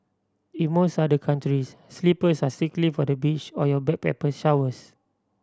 in most other countries slippers are strictly for the beach or your backpacker showers